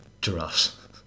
Giraffes